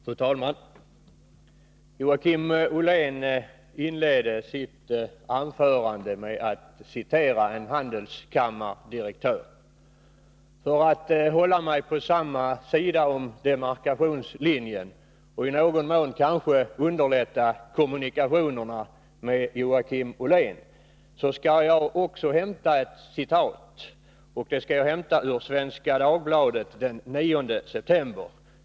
Fru talman! Joakim Ollén inledde sitt anförande med att citera en handelskammardirektör. För att hålla mig på samma sida om demarkationslinjen och i någon mån kanske underlätta kommunikationerna med Joakim Ollén, skall jag hämta ett citat ur Svenska Dagbladet av den 9 december.